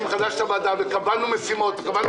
כשבאנו לדיון הזה קיווינו שאת תגידי לנו